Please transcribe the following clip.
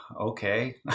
okay